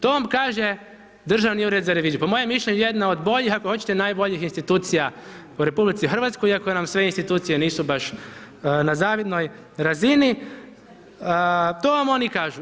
To vam kaže Državni ured za reviziju, po mojem mišljenju jedna od boljih, ako hoćete najboljih institucija u RH iako nam sve institucije nisu baš na zavidnoj razini, to vam oni kažu.